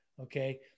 okay